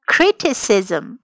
Criticism